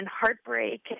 heartbreak